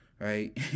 right